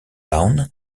lawns